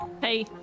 Hey